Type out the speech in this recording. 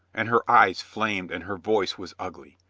and her eyes flamed and her voice was ugly.